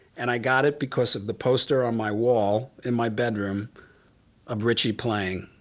and i got it because of the poster on my wall in my bedroom of ritchie playing.